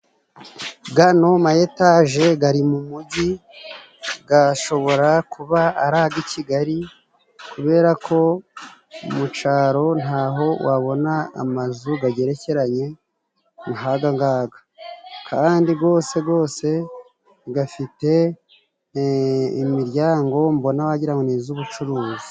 Gano ma etaje gari mu mujyi gashobora kuba ari ag'i kigali kubera ko mu caro ntaho wabona amazu gagerekeranye nkaga ngaga, kandi gose gose gafite imiryango mbona wagira ngo ni iz'ubucuruzi.